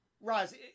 Roz